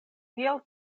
tiel